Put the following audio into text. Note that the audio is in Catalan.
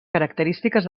característiques